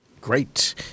Great